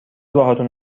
باهاتون